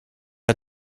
hat